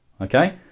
Okay